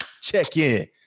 check-in